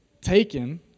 taken